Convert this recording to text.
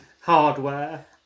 hardware